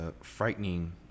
frightening